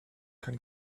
can